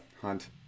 hunt